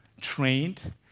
trained